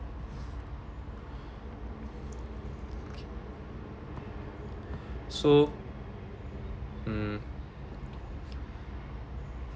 so mm